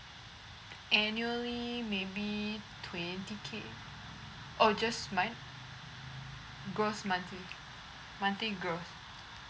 annually maybe twenty K oh just month gross monthly monthly gross